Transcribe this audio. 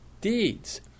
deeds